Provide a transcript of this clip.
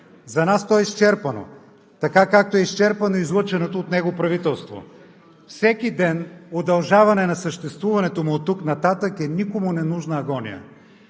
За нас то е изчерпано така, както е изчерпано излъченото от него правителство. Всеки ден удължаване на съществуването оттук нататък е никому ненужна агония.